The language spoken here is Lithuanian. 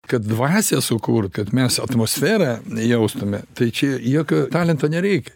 kad dvasią sukurt kad mes atmosferą jaustume tai čia jokio talento nereik